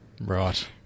Right